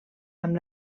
amb